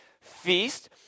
feast